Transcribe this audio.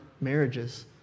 marriages